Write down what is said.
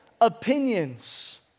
opinions